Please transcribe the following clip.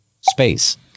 Space